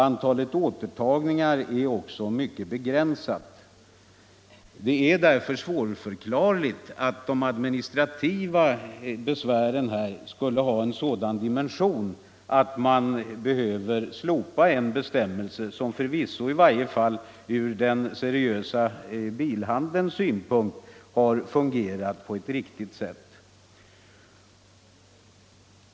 Antalet återtagningar är också mycket begränsat.” Det är därför svårförklarligt att de administrativa besvären skulle ha en sådan dimension att man behöver slopa en bestämmelse som förvisso —- i varje fall ur den seriösa bilhandelns synpunkt — har fungerat på ett riktigt sätt.